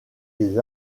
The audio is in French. des